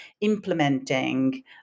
implementing